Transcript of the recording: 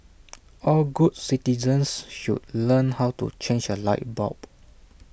all good citizens should learn how to change A light bulb